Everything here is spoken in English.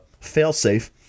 Failsafe